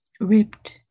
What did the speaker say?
ripped